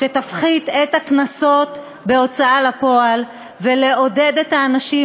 שתפחית את הקנסות בהוצאה לפועל ותעודד אנשים